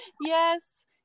Yes